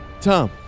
Tom